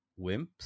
WIMPs